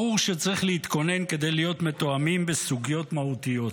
ברור שצריך להתכונן כדי להיות מתואמים בסוגיות מהותיות.